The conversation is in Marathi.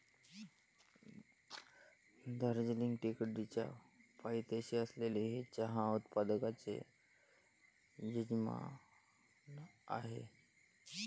दार्जिलिंग टेकडीच्या पायथ्याशी असलेले हे चहा उत्पादकांचे यजमान आहे